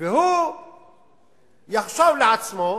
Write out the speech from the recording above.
והוא יחשוב לעצמו: